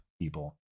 people